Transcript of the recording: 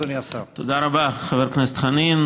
תודה, חבר הכנסת חנין.